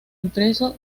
impreso